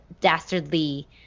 dastardly